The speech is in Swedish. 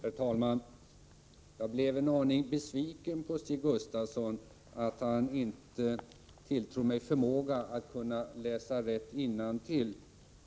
Herr talman! Jag blev en aning besviken över att Stig Gustafsson inte tilltror mig förmåga att kunna läsa rätt innantill.